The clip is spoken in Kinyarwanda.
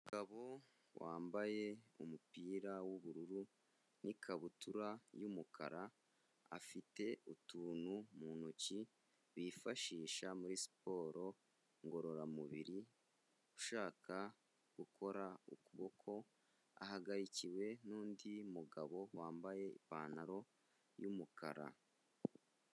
Umugabo wambaye umupira wubururu n ikabutura yumukara afite utuntu mu ntoki bifashisha muri siporo ngororamubiri ushaka gukora ukuboko ahagarikiwe nundi mugabo wambaye ipantaro y'umukara.